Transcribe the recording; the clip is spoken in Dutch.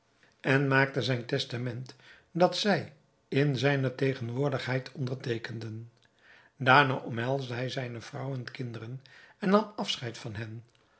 en maakte zijn testament dat zij in zijne tegenwoordigheid onderteekenden daarna omhelsde hij zijne vrouw en kinderen en nam afscheid van hen